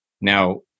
now